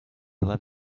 left